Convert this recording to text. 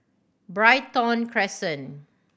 Brighton Crescent